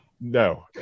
no